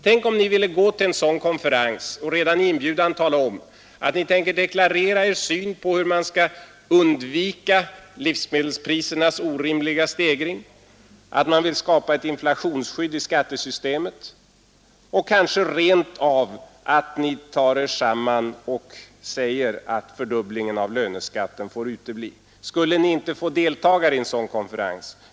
Tänk om ni redan i inbjudan till en sådan konferens ville tala om att ni tänker deklarera er syn på hur man skall undvika livsmedelsprisernas orimliga stegring, att ni vill skapa inflationsskydd i skattesystemet och ka och säger att fördubblingen av löneskatten uteblir. Skulle ni inte få ske rent av att ni tar er samman deltagare i en sådan konferens?